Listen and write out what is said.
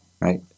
right